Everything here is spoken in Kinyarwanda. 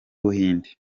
buhinde